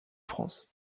france